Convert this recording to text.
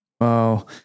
Wow